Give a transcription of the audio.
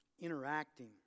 Interacting